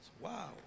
Wow